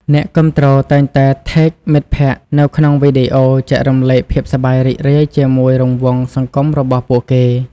អ្នកគាំទ្រតែងតែ Tag មិត្តភក្តិនៅក្នុងវីដេអូ ចែករំលែកភាពសប្បាយរីករាយជាមួយរង្វង់សង្គមរបស់ពួកគេ។